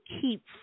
keep